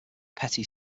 petit